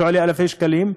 שעולה אלפי שקלים,